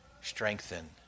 Strengthen